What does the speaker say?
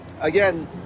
Again